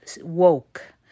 woke